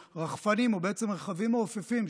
רחפנים או בעצם רכבים מעופפים,